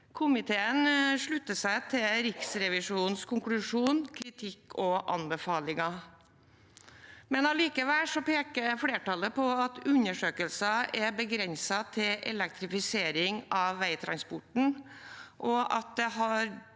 Komiteen slutter seg til Riksrevisjonens konklusjon, kritikk og anbefalinger. Allikevel peker flertallet på at undersøkelsen er begrenset til elektrifisering av veitransporten, og at det hadde